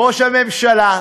ראש הממשלה,